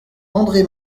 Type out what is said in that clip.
andré